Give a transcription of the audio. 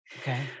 Okay